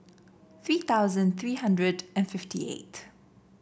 three thousand three hundred and fifty eight